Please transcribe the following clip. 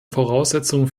voraussetzung